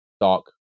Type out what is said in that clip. dark